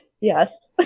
Yes